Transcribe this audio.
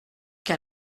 cas